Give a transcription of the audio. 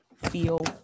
feel